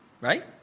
right